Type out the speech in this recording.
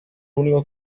único